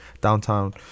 downtown